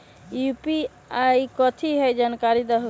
UPI कथी है? जानकारी दहु